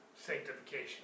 sanctification